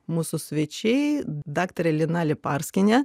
mūsų svečiai daktarė lina leparskienė